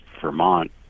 Vermont